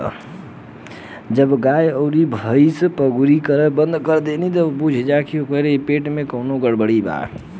जब गाय अउर भइस कउरी कईल बंद कर देवे त बुझ जा की ओकरा पेट में कवनो गड़बड़ी बा